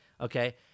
Okay